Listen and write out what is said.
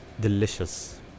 delicious